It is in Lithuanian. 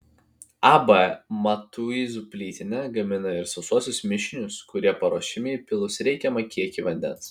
ab matuizų plytinė gamina ir sausuosius mišinius kurie paruošiami įpylus reikiamą kiekį vandens